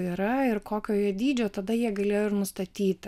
yra ir kokio jie dydžio tada jie galėjo ir nustatyti